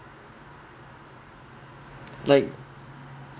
like